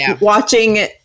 watching